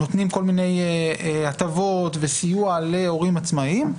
שנותנות הטבות שונות להורים עצמאיים.